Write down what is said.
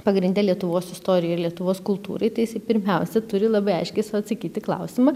pagrinde lietuvos istorijai ir lietuvos kultūrai tai jisai pirmiausia turi labai aiškiai sau atsakyt į klausimą